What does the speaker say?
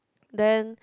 then